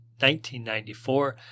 1994